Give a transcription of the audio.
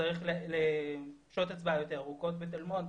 צריך שעות הצבעה יותר ארוכות ובתל מונד